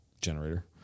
generator